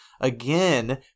Again